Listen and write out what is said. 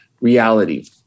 reality